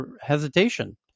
hesitation